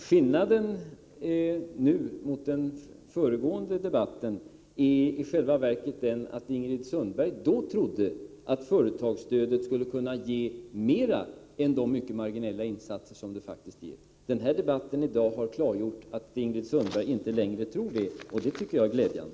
Herr talman! Skillnaden mellan denna och föregående debatt är i själva verket att Ingrid Sundberg då trodde att företagsstödet skulle betyda mer än de mycket marginella effekter som det nu faktiskt har. Debatten i dag har klargjort att Ingrid Sundberg inte längre tror så, och det tycker jag är glädjande.